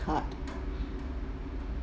card